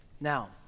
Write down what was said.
Now